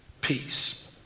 peace